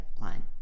line